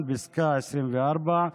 פסקה (24)